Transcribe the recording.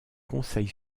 conseil